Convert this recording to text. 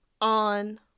on